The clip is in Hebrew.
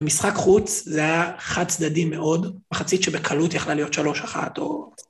משחק חוץ זה היה חד-צדדי מאוד. מחצית שבקלות יכלה להיות 3-1 או...